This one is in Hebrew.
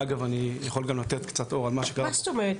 ואגב אני יכול לתת קצת אור על מה שקרה --- מה זאת אומרת,